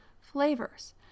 flavors